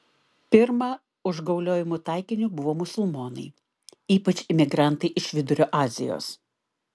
pirma užgauliojimų taikiniu buvo musulmonai ypač imigrantai iš vidurio azijos